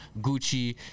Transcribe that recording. Gucci